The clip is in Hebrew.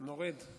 נוריד.